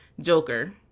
Joker